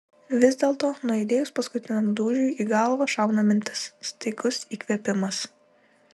vis dėlto nuaidėjus paskutiniam dūžiui į galvą šauna mintis staigus įkvėpimas